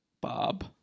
bob